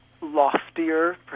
loftier